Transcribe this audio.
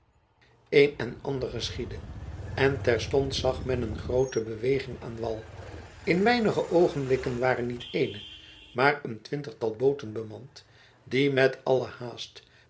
een en ander geschiedde en terstond zag men een groote beweging aan wal in weinige oogenblikken waren niet ééne maar een twintigtal booten bemand die met alle haast